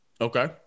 Okay